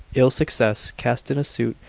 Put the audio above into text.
ill success, cast in a suit,